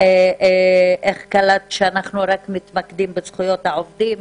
איך קלטת שאנחנו רק מתמקדים בזכויות העובדים.